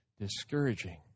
discouraging